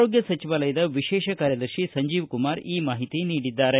ಆರೋಗ್ಯ ಸಚಿವಾಲಯದ ವಿಶೇಷ ಕಾರ್ಯದರ್ಶಿ ಸಂಜೀವಕುಮಾರ್ ಈ ಮಾಹಿತಿ ನೀಡಿದ್ದಾರೆ